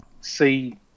see